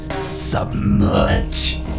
submerge